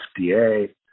FDA